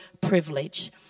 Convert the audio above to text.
privilege